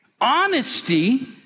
Honesty